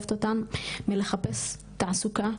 שמעכבים אותן מלחפש תעסוקה,